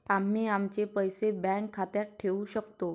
आम्ही आमचे पैसे बँक खात्यात ठेवू शकतो